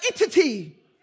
entity